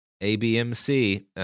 ABMC